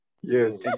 Yes